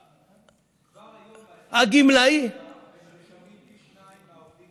כבר היום הם משלמים פי שניים מהעובדים